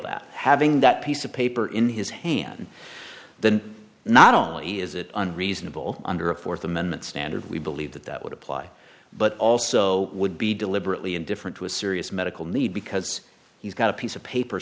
that having that piece of paper in his hand then not only is it unreasonable under a fourth amendment standard we believe that that would apply but also would be deliberately indifferent to a serious medical need because he's got a piece of paper